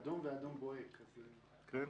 נכון.